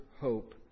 hope